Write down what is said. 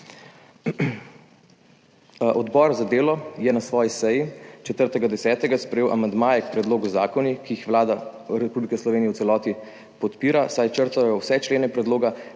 Odbor za delo je na svoji seji 4. 10. sprejel amandmaje k predlogu zakona, ki jih Vlada Republike Slovenije v celoti podpira, saj črtajo vse člene predloga,